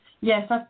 Yes